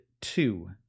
two